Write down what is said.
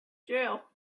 jail